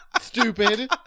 stupid